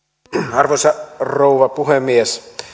arvoisa rouva puhemies